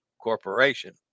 Corporation